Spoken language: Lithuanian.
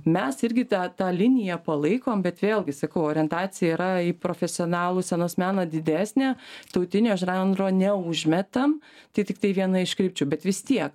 mes irgi tą tą liniją palaikom bet vėlgi sakau orientacija yra į profesionalų scenos meną didesnė tautinio žanro neužmetam tai tiktai viena iš krypčių bet vis tiek